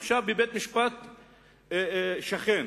עכשיו, בבית-משפט שכן,